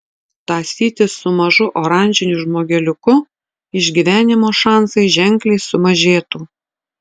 tąsytis su mažu oranžiniu žmogeliuku išgyvenimo šansai ženkliai sumažėtų